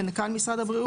מנכ"ל משרד הבריאות.